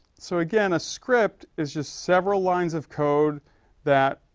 so again a script, is just several lines of code that,